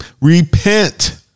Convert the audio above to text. Repent